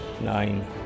Nine